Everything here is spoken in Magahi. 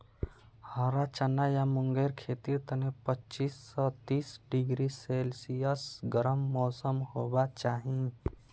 हरा चना या मूंगेर खेतीर तने पच्चीस स तीस डिग्री सेल्सियस गर्म मौसम होबा चाई